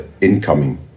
incoming